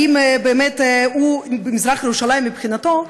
האם באמת מזרח ירושלים מבחינתו,